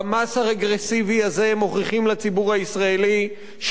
במס הרגרסיבי הזה מוכיחים לציבור הישראלי שלא